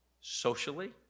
Socially